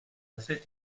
cette